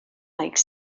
makes